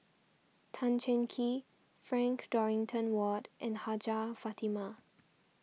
Tan Cheng Kee Frank Dorrington Ward and Hajjah Fatimah